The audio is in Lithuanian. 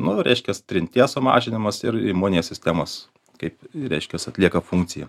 nu reiškias trinties sumažinimas ir imuninės sistemos kaip reiškias atlieka funkciją